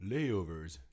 Layovers